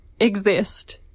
exist